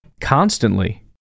constantly